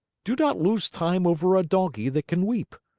do not lose time over a donkey that can weep.